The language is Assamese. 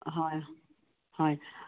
হয় হয়